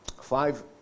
Five